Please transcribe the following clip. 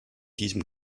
diesem